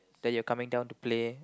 that you're coming down to play